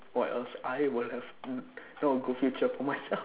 or else I would have n~ know a good future for myself